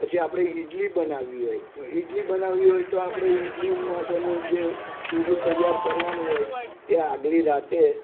પછી આપણે ઈડલી બનાવવી હોય તો ઈડલી બનાવવી હોય તો આપણે ઈડલી માટેનું જે ખીરું તૈયાર કરવાનું હોય તે આગલી રાતે